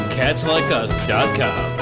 catslikeus.com